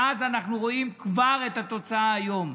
ואז אנחנו כבר רואים את התוצאה היום: